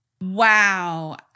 wow